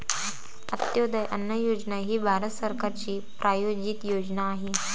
अंत्योदय अन्न योजना ही भारत सरकारची प्रायोजित योजना आहे